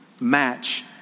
match